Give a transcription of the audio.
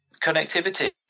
connectivity